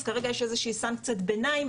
אז כרגע יש איזה שהיא סנקציית ביניים,